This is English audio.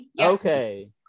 Okay